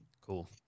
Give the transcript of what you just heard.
Cool